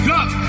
up